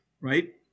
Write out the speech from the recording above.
right